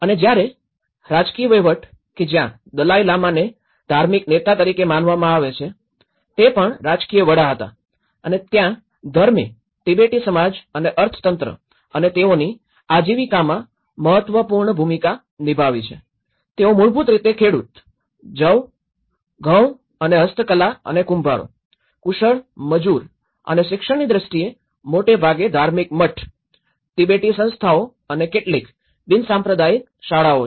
અને જ્યારે રાજકીય વહીવટ કે જ્યાં દલાઈ લામાને ધાર્મિક નેતા તરીકે માનવામાં આવે છે તે પણ રાજકીય વડા હતા અને ત્યાં ધર્મે તિબેટી સમાજ અને અર્થતંત્ર અને તેઓની આજીવિકામાં મહત્વપૂર્ણ ભૂમિકા નિભાવી છે તેઓ મૂળભૂત રીતે ખેડૂત જવ ઘઉં અને હસ્તકલા અને કુંભારો કુશળ મજૂર અને શિક્ષણની દ્રષ્ટિએ મોટે ભાગે ધાર્મિક મઠ તિબેટી સંસ્થાઓ અને કેટલીક બિનસાંપ્રદાયિક શાળાઓ છે